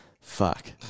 Fuck